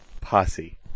posse